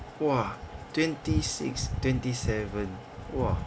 !wah! twenty six twenty seven !wah!